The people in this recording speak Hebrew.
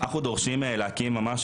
אנחנו דורשים להקים ממש,